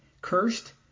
cursed